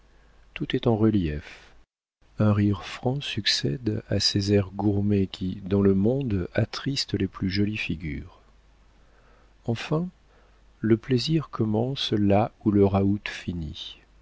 tout est en relief un rire franc succède à ces airs gourmés qui dans le monde attristent les plus jolies figures enfin le plaisir commence là où le raout finit